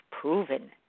proven